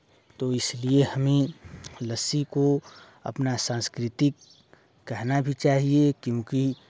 तो इसलिए हमें लस्सी को अपना सांस्कृतिक कहना भी चाहिए क्योंकि